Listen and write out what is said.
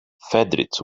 fedric